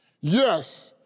yes